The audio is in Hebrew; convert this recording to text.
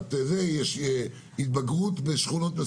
יש התבגרות בשכונות מסוימות.